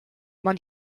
man